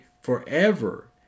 forever